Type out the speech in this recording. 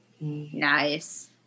Nice